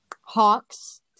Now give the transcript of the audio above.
Hawks